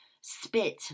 Spit